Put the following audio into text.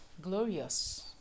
glorious